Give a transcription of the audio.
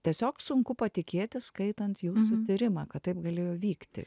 tiesiog sunku patikėti skaitant jūsų tyrimą kad taip galėjo vykti